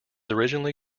originally